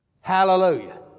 Hallelujah